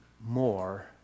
more